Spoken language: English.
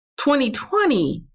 2020